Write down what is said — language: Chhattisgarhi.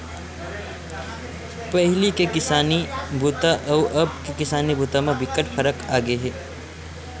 पहिली के किसानी बूता अउ अब के किसानी बूता म बिकट फरक आगे हे